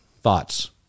Thoughts